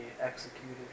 executed